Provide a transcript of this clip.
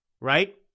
right